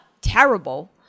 terrible